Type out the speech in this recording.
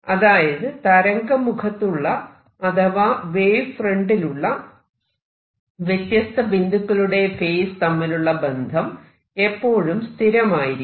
അതായത് തരംഗ മുഖത്തുള്ള അഥവാ വേവ് ഫ്രന്റ് ലുള്ള വ്യത്യസ്ത ബിന്ദുക്കളുടെ ഫേസ് തമ്മിലുള്ള ബന്ധം എപ്പോഴും സ്ഥിരമായിരിക്കും